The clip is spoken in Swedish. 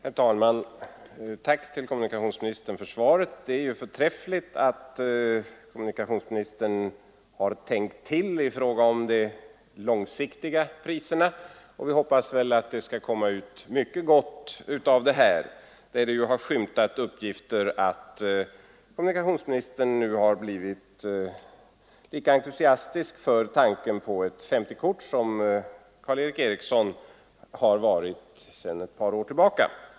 Herr talman! Ett tack till kommunikationsministern för svaret. Det är förträffligt att kommunikationsministern har tänkt till i fråga om den långsiktiga prissättningen. Vi hoppas att det skall komma mycket gott ut av detta. Man har skymtat uppgifter om att kommunikationsministern nu har blivit lika entusiastisk för tanken på ett SO-kort som Karl Erik Eriksson har varit sedan ett par år tillbaka.